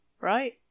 right